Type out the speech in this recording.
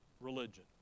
religion